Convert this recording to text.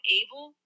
able